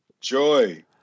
joy